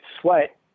sweat